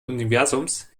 universums